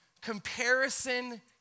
comparison